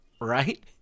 right